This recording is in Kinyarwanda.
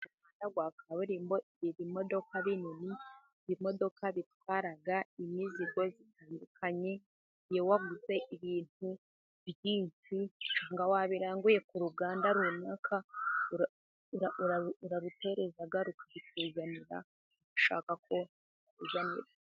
Umuhanda wa kaburimbo. Ibimodoka binini. Ibimodoka bitwara imizigo itandukanye. Iyo waguze ibintu byinshi cyangwa wabiranguye ku ruganda runaka, urarutereza rukabikuzanira, ushaka ko...